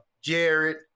Jared